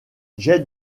j’ai